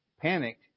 panicked